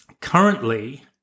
currently